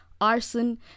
arson